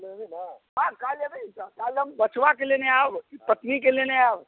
काल्हि एबै ने हँ काल्हि एबै ने तऽ काल्हि हम बचबाके लेने आएब पत्नीके लेने आएब